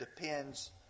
depends